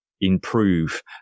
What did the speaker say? improve